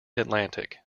atlantic